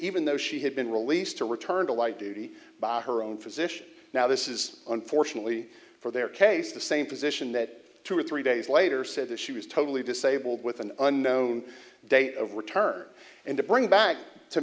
even though she had been released to return to light duty by her own physician now this is unfortunately for their case the same position that two or three days later said that she was totally disabled with an unknown date of return and bring back to